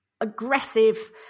aggressive